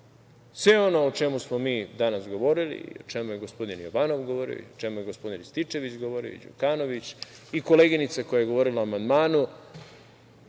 sve ono o čemu smo danas govorili i o čemu je gospodin Jovanov govorio i o čemu je gospodin Rističević govorio, Đukanović i koleginica koja je govorila o amandmanu.